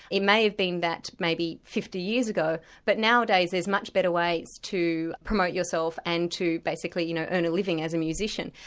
it may been that maybe fifty years ago, but nowadays there's much better ways to promote yourself and to basically you know earn a living as a musician.